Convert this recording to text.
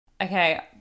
Okay